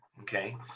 okay